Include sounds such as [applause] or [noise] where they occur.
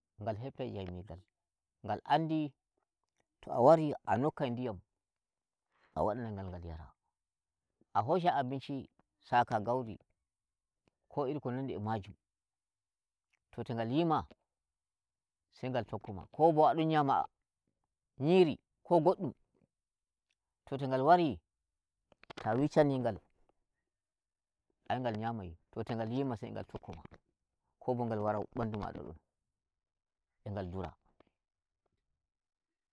[unintelligible] Ngal andi to a wari a nokkai ndiyam, a wada nai ngal ngal yara. A hosha abinshi, saka gauri ko iru ko nandi e majum, to tongal yi ma sai ngal tokkuma ko bo a don nyama nyiri ko goddum to to ngal wari, [noise] ta'a wicchani ngal ai ngal nyamai. to to na ngal yima sai ngal tokkuma ko bo ngal waraw ɓandu mada don e ngal ndura